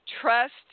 Trust